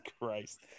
Christ